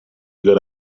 good